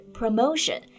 promotion